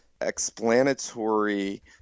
explanatory